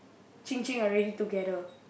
Qing Qing already together